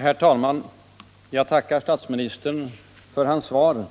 Herr talman! Jag tackar statsministern för hans svar.